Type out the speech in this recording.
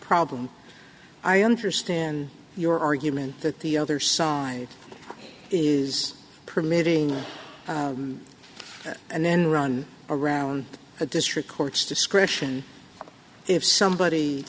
problem i understand your argument that the other side is permitting and then run around the district court's discretion if somebody